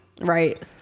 Right